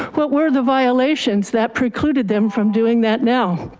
what were the violations that precluded them from doing that now?